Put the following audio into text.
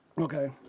Okay